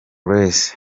grace